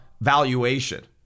valuation